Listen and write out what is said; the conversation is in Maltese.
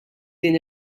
din